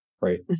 right